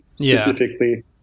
specifically